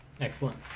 Excellent